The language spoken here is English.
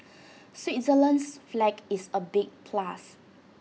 Switzerland's flag is A big plus